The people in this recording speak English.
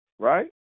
right